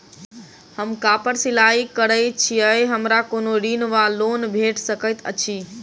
हम कापड़ सिलाई करै छीयै हमरा कोनो ऋण वा लोन भेट सकैत अछि?